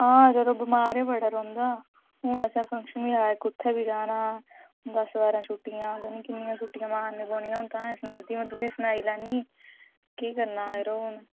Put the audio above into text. हां यरो बमार गै बड़ा रौंह्दा हून असें फंक्शन बी इक्क उत्थें बी जाना दस्स बारां छुट्टिया पता निं किन्नियां छुट्टियां मारनियां पौनियां हून तां एह् सनाई ओड़दी तुसें गी सनाई लैनी केह् करना यरो हून